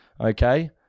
okay